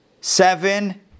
seven